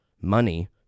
money